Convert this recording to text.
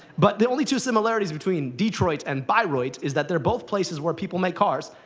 but the only two similarities between detroit and bairoit is that they're both places where people make cars,